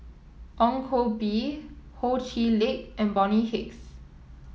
Ong Koh Bee Ho Chee Lick and Bonny Hicks